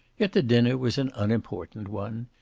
yet the dinner was an unimportant one.